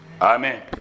amen